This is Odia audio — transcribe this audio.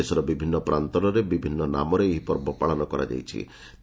ଦେଶର ବିଭିନ୍ନ ପ୍ରାନ୍ତରେ ବିଭିନ୍ନ ନାମରେ ଏହି ପର୍ବ ପାଳନ କରାଯାଇଥାଏ